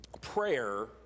Prayer